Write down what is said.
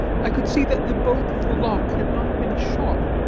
i could see that the bolt of the lock had not been shot,